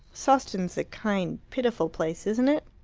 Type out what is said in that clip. sawston's a kind, pitiful place, isn't it?